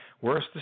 Worse